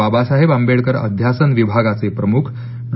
बाबासाहेब आंबेडकर अध्यासन विभागाचे प्रमुख डॉ